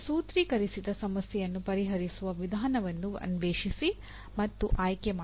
ಸೂತ್ರೀಕರಿಸಿದ ಸಮಸ್ಯೆಯನ್ನು ಪರಿಹರಿಸುವ ವಿಧಾನವನ್ನು ಅನ್ವೇಷಿಸಿ ಮತ್ತು ಆಯ್ಕೆಮಾಡಿ